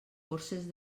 borses